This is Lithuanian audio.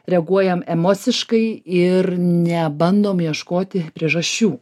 reaguojam emociškai ir nebandom ieškoti priežasčių